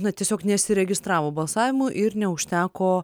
na tiesiog nesiregistravo balsavimui ir neužteko